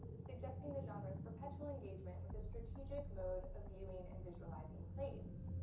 suggesting the genres perpetual engagement with a strategic mode of viewing and visualizing place.